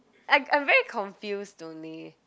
I I'm very confused though Lay